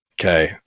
Okay